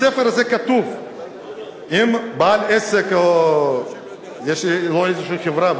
בספר הזה כתוב שאם בעל עסק או בעל חברה,